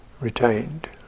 retained